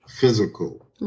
physical